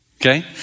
Okay